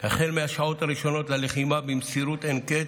החל מהשעות הראשונות ללחימה, במסירות אין-קץ,